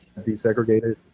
desegregated